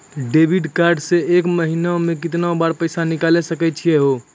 Debit card से एक महीना मा केतना बार पैसा निकल सकै छि हो?